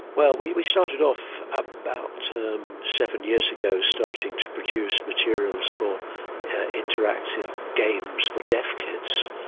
well, we we started off about um seven years ago starting to produce materials for interactive games for deaf kids,